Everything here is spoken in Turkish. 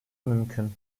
mümkün